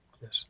Yes